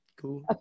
cool